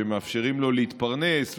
שמאפשרים לו להתפרנס,